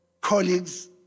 colleagues